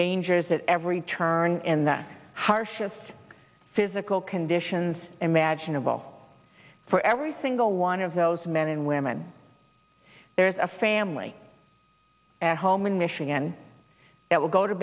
dangers at every turn in the harshest physical conditions imaginable for every single one of those men and women there is a family at home in michigan that will go to